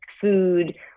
food